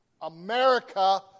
America